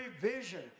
vision